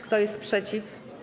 Kto jest przeciw?